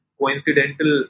coincidental